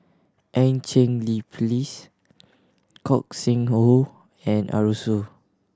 Eu Cheng Li Phyllis Gog Sing Hooi and Arasu